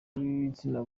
b’igitsina